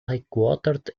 headquartered